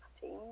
team